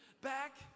back